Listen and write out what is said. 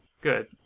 good